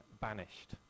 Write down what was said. banished